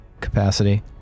capacity